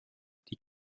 die